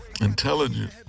intelligent